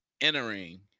entering